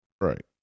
Right